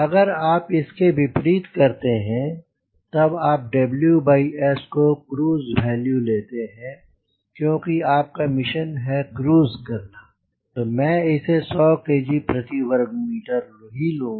अगर आप इसके विपरीत करते हैं तब आप WS को क्रूज वेल्यू लेते हैं क्योंकि आपका मिशन है क्रूज करना तो मैं इसे 100 kg प्रति वर्ग मीटर लूँगा